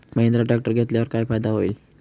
Mahindra tractor घेतल्यावर काय फायदा होईल?